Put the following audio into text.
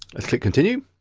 let's click continue.